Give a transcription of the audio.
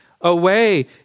away